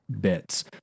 bits